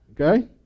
Okay